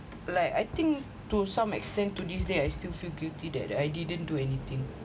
like I think to some extent to this day I still feel guilty that I didn't do anything